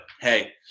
hey